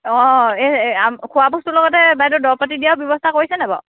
অঁ এই খোৱাবস্তুৰ লগতে বাইদেউ দৰব পাটি দিয়াৰ ব্যৱস্থাও কৰিছেনে নাই বাও